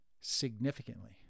significantly